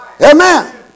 Amen